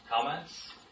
Comments